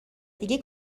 دیگه